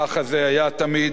ככה זה היה תמיד,